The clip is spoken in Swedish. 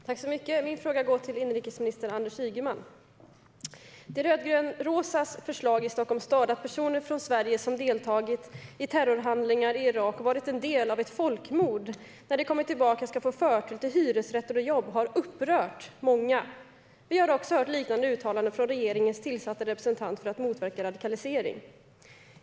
Herr talman! Min fråga går till inrikesminister Anders Ygeman. De rödgrönrosas förslag i Stockholms stad, att personer från Sverige som deltagit i terrorhandlingar i Irak och varit en del av ett folkmord ska få förtur till hyresrätter och jobb när de kommer tillbaka, har upprört många. Vi har också hört liknande uttalanden från regeringens tillsatta representant för att motverka radikalisering.